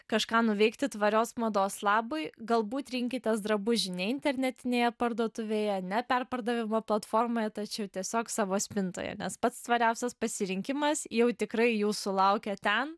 kažką nuveikti tvarios mados labui galbūt rinkitės drabužį ne internetinėje parduotuvėje ne perpardavimo platformoje tačiau tiesiog savo spintoje nes pats tvariausias pasirinkimas jau tikrai jūsų laukia ten